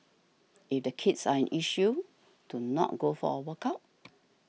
if the kids are an issue to not go for a workout